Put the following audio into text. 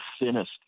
thinnest